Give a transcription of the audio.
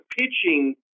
pitching